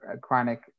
chronic